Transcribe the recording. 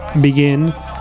Begin